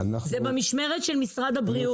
זה במשמרת של משרד הבריאות.